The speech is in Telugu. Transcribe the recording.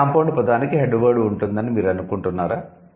ప్రతి 'కాంపౌండ్' పదానికి 'హెడ్ వర్డ్' ఉంటుందని మీరు అనుకుంటున్నారా